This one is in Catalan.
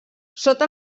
sota